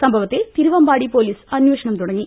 സംഭവത്തിൽ തിരുവമ്പാട്ടി പോലീസ് അന്വേഷണം തുടങ്ങി